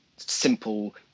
Simple